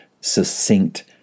succinct